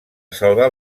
salvar